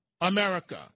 America